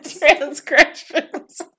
Transgressions